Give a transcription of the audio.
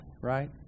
right